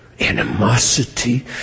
animosity